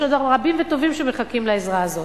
יש עוד רבים וטובים שמחכים לעזרה הזאת.